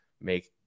make